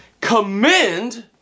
commend